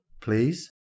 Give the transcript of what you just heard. please